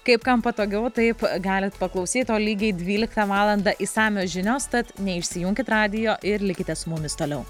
kaip kam patogiau taip galit paklausyt o lygiai dvyliktą valandą išsamios žinios tad neišsijunkit radijo ir likite su mumis toliau